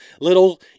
little